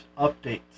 updates